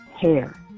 hair